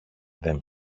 δεν